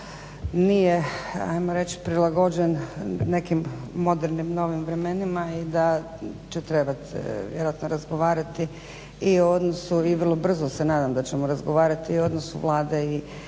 nije ajmo reći prilagođen nekim novim modernim vremenima i da će trebati vjerojatno razgovarati i o odnosu i vrlo brzo se nadam da ćemo razgovarati i u odnosu Vlade i